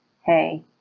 hey